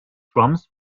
drums